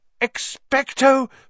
Expecto